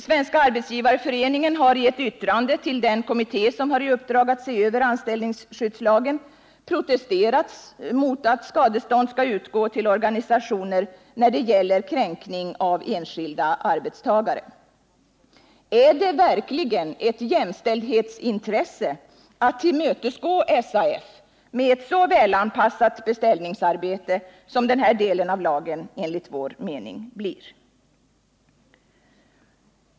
Svenska arbetsgivareföreningen har i ett yttrande till den kommitté som har i uppdrag att se över anställningsskyddslagen protesterat mot att skadestånd skall utgå till organisationer när det gäller kränkning av enskilda arbetstagare. Är det verkligen ett jämställdhetsintresse att tillmötesgå SAF med ett så välanpassat beställningsarbete som den här delen av lagen enligt vår mening blir?